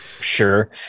Sure